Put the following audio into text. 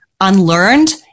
unlearned